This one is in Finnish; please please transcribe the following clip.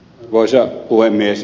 arvoisa puhemies